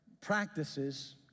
practices